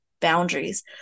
boundaries